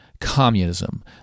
Communism